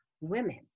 women